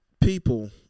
People